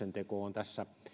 kun päätöksenteko on tässä